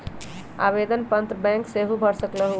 आवेदन पत्र बैंक सेहु भर सकलु ह?